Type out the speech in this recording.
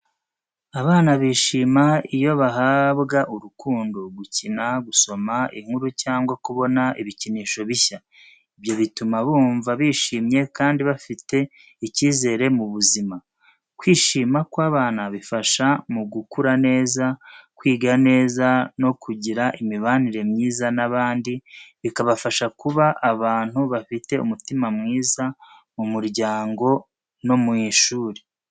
Abana bishima iyo bahabwa urukundo, gukina, gusoma inkuru cyangwa kubona ibikinisho bishya. Ibyo bituma bumva bishimye, kandi bafite icyizere mu buzima. Kwishima kw’abana bifasha mu gukura neza, kwiga neza no kugira imibanire myiza n’abandi, bikabafasha kuba abantu bafite umutima mwiza mu muryango no mu ishuri.